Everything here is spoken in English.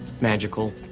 magical